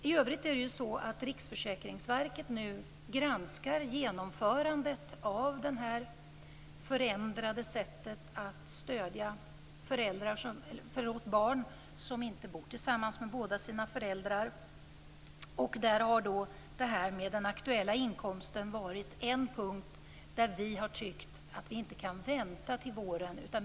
I övrigt är det ju så att Riksförsäkringsverket nu granskar genomförandet av det här förändrade sättet att stödja barn som inte bor tillsammans med båda sina föräldrar. Där har det här med den aktuella inkomsten varit en punkt där vi har tyckt att vi inte kan vänta till våren.